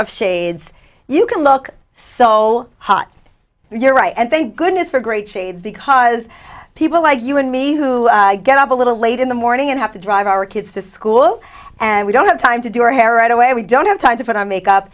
of shades you can look so hot you're right and thank goodness for great shades because people like you and me who get up a little late in the morning and have to drive our kids to school and we don't have time to do our hair right away we don't have time to